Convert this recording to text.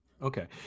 Okay